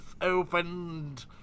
opened